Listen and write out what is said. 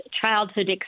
childhood